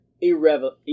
Irrelevant